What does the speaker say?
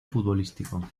futbolístico